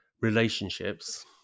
relationships